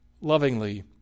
lovingly